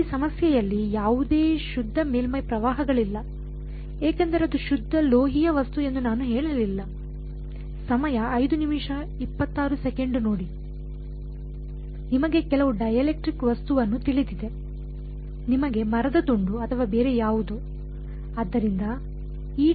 ಈ ಸಮಸ್ಯೆಯಲ್ಲಿ ಯಾವುದೇ ಶುದ್ಧ ಮೇಲ್ಮೈ ಪ್ರವಾಹಗಳಿಲ್ಲ ಏಕೆಂದರೆ ಅದು ಶುದ್ಧ ಲೋಹೀಯ ವಸ್ತು ಎಂದು ನಾನು ಹೇಳಲಿಲ್ಲ ನಿಮಗೆ ಕೆಲವು ಡೈಎಲೆಕ್ಟ್ರಿಕ್ ವಸ್ತುವನ್ನು ತಿಳಿದಿದೆ ನಿಮಗೆ ಮರದ ತುಂಡು ಅಥವಾ ಬೇರೆ ಯಾವು ದೋ